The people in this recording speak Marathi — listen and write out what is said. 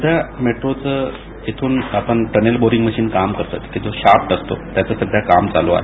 सध्या मेट्रोचं जिथून आपण टनेलबोरिंग मशिन काम करतो तिथं जो शाफ्ट असतो त्याचं सध्या काम चालू आहे